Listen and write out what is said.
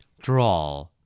Draw